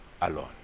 alone